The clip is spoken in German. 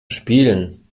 spielen